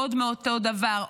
עוד מאותו דבר,